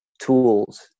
Tools